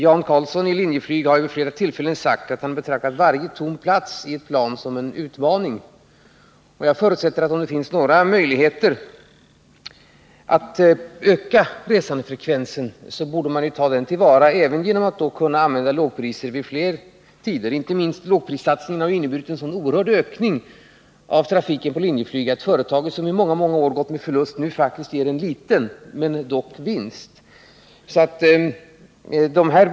Jan Carlzon i Linjeflyg har vid flera tillfällen sagt att han betraktar varje tom plats i ett plan som en utmaning. Och jag förutsätter att om det finns några möjligheter att öka resandefrekvensen borde man ta dem till vara, bl.a. genom att använda lågpris vid flera tidpunkter. Inte minst lågprissatsningen har ju inneburit en så oerhörd ökning av trafiken på Linjeflyg att företaget, som i många år gått med förlust, nu faktiskt ger liten men dock vinst.